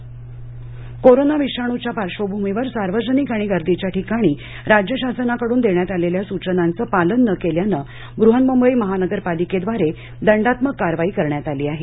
दंडात्मक कारवाई कोरोना विषाणूच्या पार्श्वभूमीवर सार्वजनिक आणि गर्दीच्या ठिकाणी राज्य शासनाकडून देण्यात आलेल्या सूचनांचं पालन न केल्यानं बृहन्म्बई महानगरपालिकेद्वारे दंडात्मक कारवाई करण्यात आली आहे